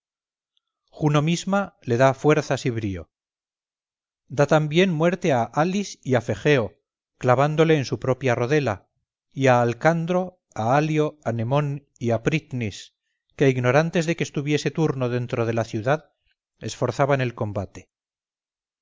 juno misma le da fuerzas y brío da también muerte a halis y a fegeo clavándole en su propia rodela y a alcandro a halio a nemón y a pritnis que ignorantes de que estuviese turno dentro de la ciudad esforzaban el combate